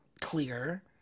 clear